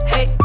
Hey